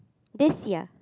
this year